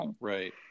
right